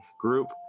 group